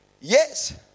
yes